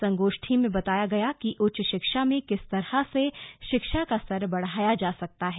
संगोष्ठी में बताया गया कि उच्च शिक्षा में किस तरह से शिक्षा का स्तर बढ़ाया जा सकता है